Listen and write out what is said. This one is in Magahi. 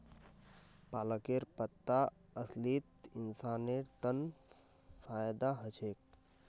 पालकेर पत्ता असलित इंसानेर तन फायदा ह छेक